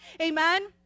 amen